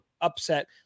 upset